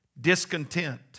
Discontent